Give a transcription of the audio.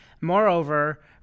Moreover